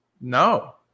No